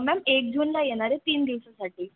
ma'am एक जूनला येणार आहे तीन दिवसासाठी